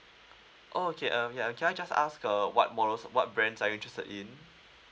oh okay um yeah can I just ask uh what models what brands are you interested in